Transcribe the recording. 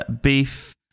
beef